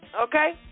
Okay